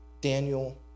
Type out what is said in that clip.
Daniel